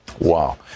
Wow